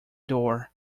door